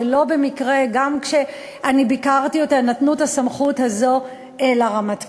שלא במקרה גם כשביקרתי אותה נתנו את הסמכות הזאת לרמטכ"ל,